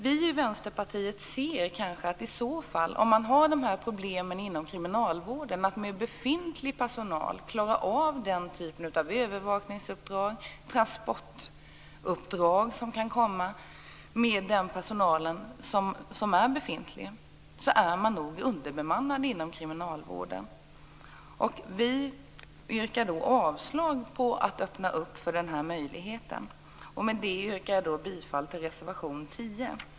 Vi i Vänsterpartiet anser att om man inom kriminalvården har problem att med befintlig personal klara av den typ av övervakningsuppdrag och transportuppdrag som kan förekomma, så är man nog underbemannad. Vi yrkar avslag på förslaget om att öppna för den här möjligheten. Med det yrkar jag bifall till reservation 10.